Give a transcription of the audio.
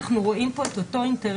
--- לכן, אנחנו רואים פה את אותו אינטרס.